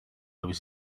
was